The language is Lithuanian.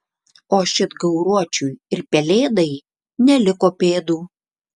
o šit gauruočiui ir pelėdai neliko pėdų